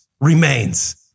remains